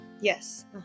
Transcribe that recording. Yes